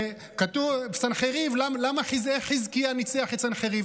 וכתוב: למה חזקיה ניצח את סנחריב?